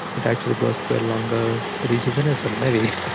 it actually goes through a longer rejuvenation maybe.